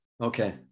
Okay